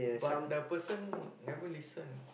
but the person never listen